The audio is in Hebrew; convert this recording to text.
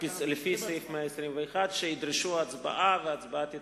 לפי סעיף 121, שידרשו הצבעה, וההצבעה תתקיים,